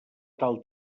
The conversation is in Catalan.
tal